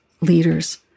leaders